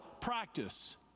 practice